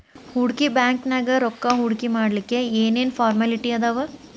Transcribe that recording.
ಹೂಡ್ಕಿ ಬ್ಯಾಂಕ್ನ್ಯಾಗ್ ರೊಕ್ಕಾ ಹೂಡ್ಕಿಮಾಡ್ಲಿಕ್ಕೆ ಏನ್ ಏನ್ ಫಾರ್ಮ್ಯಲಿಟಿ ಅದಾವ?